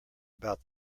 about